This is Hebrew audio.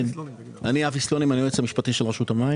לרשות המים